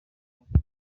george